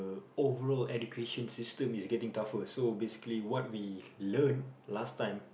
overall education system is getting tougher so basically what we learn last time